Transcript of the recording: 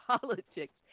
politics